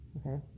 Okay